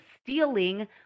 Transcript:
stealing